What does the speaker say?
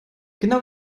genau